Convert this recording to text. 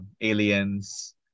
aliens